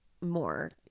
more